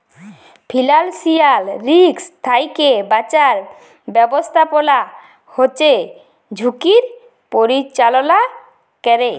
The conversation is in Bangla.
ফিল্যালসিয়াল রিস্ক থ্যাইকে বাঁচার ব্যবস্থাপলা হছে ঝুঁকির পরিচাললা ক্যরে